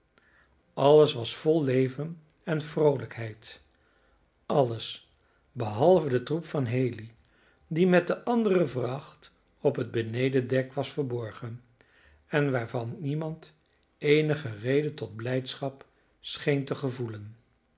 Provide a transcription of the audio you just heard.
alles was vol leven en vroolijkheid alles behalve de troep van haley die met de andere vracht op het benedendek was verborgen en waarvan niemand eenige reden tot blijdschap scheen te gevoelen